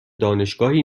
دانشگاهی